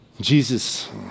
Jesus